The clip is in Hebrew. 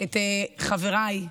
את חבריי,